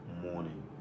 morning